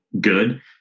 good